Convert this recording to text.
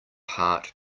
heart